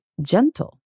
gentle